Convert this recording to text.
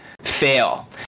fail